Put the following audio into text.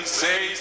say